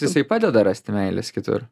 jisai padeda rast meilės kitur